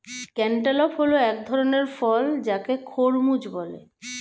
cantaloupe হল এক ধরণের ফল যাকে খরমুজ বলে